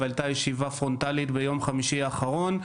אבל הייתה ישיבה פרונטלית ביום חמישי האחרון,